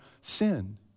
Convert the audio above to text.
sin